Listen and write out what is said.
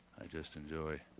i just enjoy